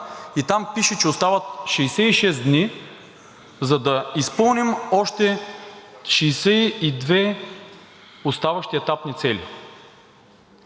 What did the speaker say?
Там пише, че остават 66 дни, за да изпълним още 62 оставащи етапни цели.